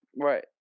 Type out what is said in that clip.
Right